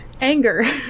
anger